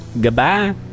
Goodbye